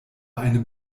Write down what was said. einem